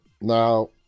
now